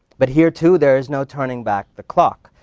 but here, too, there is no turning back the clock,